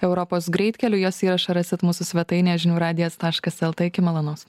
europos greitkeliu jos įrašą rasit mūsų svetainėje žinių radijas taškas eltė iki malonaus